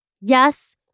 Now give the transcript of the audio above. yes